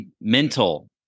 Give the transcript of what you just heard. mental